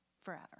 forever